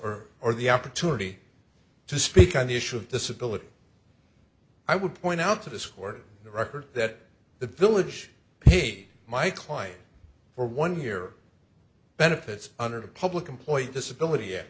or or the opportunity to speak on the issue of disability i would point out to this court record that the village paid my client for one year benefits under the public employee disability